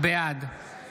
בעד